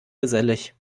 gesellig